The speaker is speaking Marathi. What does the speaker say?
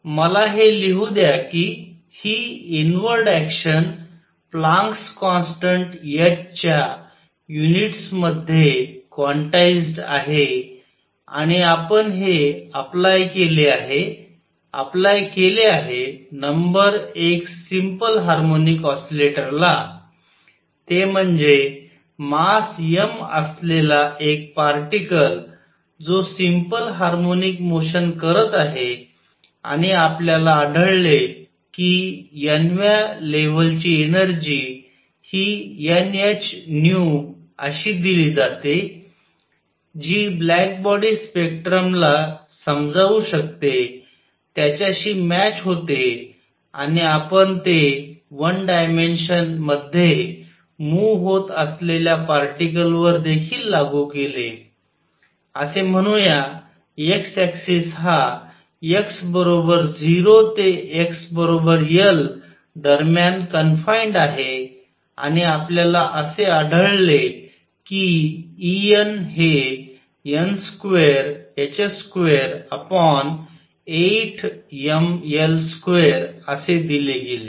तर मला हे लिहू द्या की हि inward action Planck's constant h च्या युनिट्स मध्ये क्वांटाइज्ड आहे आणि आपण हे अप्लाय केले आहे अप्लाय केले आहे नंबर एक सिम्पल हार्मोनिक ऑसिलेटर ला ते म्हणजेच मास m असलेला एक पार्टीकल जो सिम्पल हार्मोनिक मोशन करत आहे आणि आपल्याला आढळले की n व्या लेव्हल ची एनर्जी हि n h nu अशी दिली जाते जी ब्लॅक बॉडी स्पेक्ट्रमला समजाऊ शकते त्याच्याशी मॅच होते आणि आपण ते वन डायमेन्शन मध्ये मूव्ह होत असलेल्या पार्टीकलवर देखील लागू केले असे म्हणूया x ऍक्सिस हा x बरोबर 0 ते x बरोबर L दरम्यान कनफाईंड आहे आणि आपल्याला असे आढळले की E n हे n2h28mL2असे दिले गेले